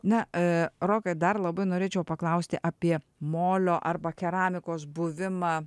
na rokai dar labai norėčiau paklausti apie molio arba keramikos buvimą